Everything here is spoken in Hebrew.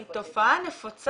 היא תופעה נפוצה.